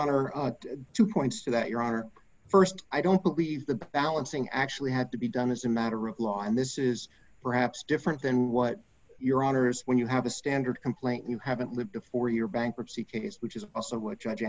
honor two points to that your honor st i don't believe the balancing actually had to be done as a matter of law and this is perhaps different than what your honor is when you have a standard complaint you haven't lived before your bankruptcy case which is also what judge